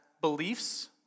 beliefs